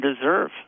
deserve